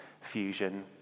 Fusion